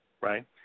right